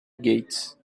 gates